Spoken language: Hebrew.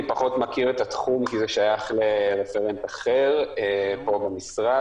אני פחות מכיר את התחום כי זה שייך לרפרנט אחר כאן במשרד